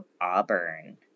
Auburn